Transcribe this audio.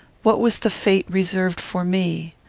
what was the fate reserved for me?